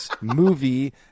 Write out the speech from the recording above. movie